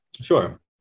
sure